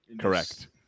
Correct